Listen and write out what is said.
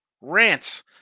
Rants